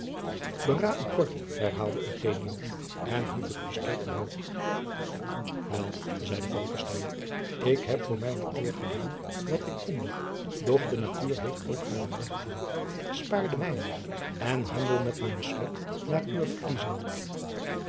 kort herhaalde eugenio en hief het pistool omhoog wel zeide falckestein ik heb voor mijne eer gedaan wat ik konde doch de natuur heeft ook hare rechten spaar de mijnen en handel met mijn slot naar uwe verkiezing